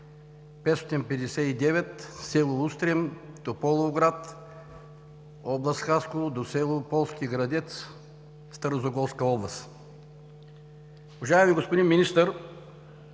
559 – село Устрем – Тополовград, област Хасково – до село Полски градец, Старозагорска област. Уважаеми господин Министър,